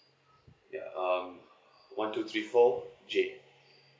ya um one two three four J